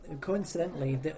Coincidentally